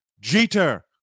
Jeter